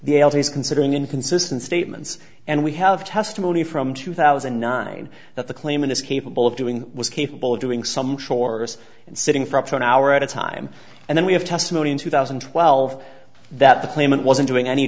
is considering inconsistent statements and we have testimony from two thousand and nine that the claimant is capable of doing was capable of doing some chores and sitting for up to an hour at a time and then we have testimony in two thousand and twelve that the claimant wasn't doing any